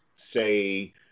say